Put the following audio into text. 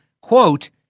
quote